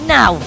Now